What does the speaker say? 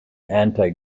anti